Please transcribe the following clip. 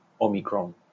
omicron